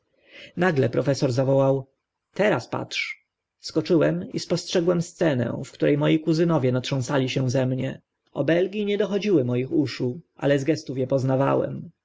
nagle profesor zawołał teraz patrz skoczyłem i spostrzegłem scenę w które moi kuzynowie natrząsali się ze mnie obelgi nie dochodziły moich uszu ale z gestów poznawałem